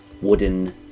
wooden